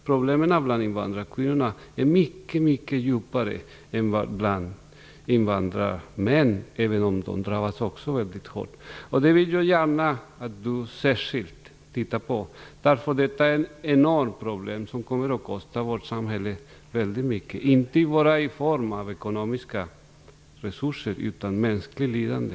Problemen bland invandrarkvinnorna är således mycket djupare än bland invandrarmännen, även om de också drabbas mycket hårt. Jag vill gärna att Mona Sahlin tittar särskilt på detta. Det här är enorma problem, som kommer att kosta vårt samhälle väldigt mycket, inte bara i form av ekonomiska resurser utan även i form av mänskligt lidande.